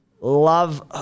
Love